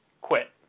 quit